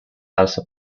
also